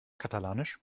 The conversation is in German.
katalanisch